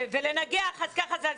אם רוצים לבוא ולנגח, ככה זה.